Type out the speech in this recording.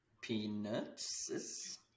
Peanuts